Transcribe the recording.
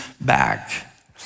back